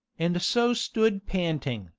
and so stood panting,